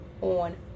on